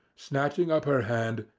snatching up her hand,